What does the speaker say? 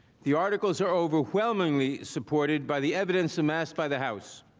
the articles are overwhelmingly supported by the evidence amassed by the house.